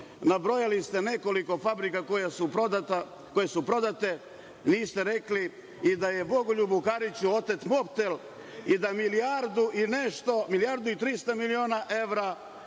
Nabrojali ste nekoliko fabrika koje su prodate, niste rekli i da je Bogoljubu Kariću otet „Mobtel“ i da milijardu i trista miliona evra